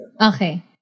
Okay